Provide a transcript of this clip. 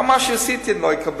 גם על מה שאני עשיתי אני לא אקבל.